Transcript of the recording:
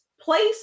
place